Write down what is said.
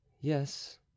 yes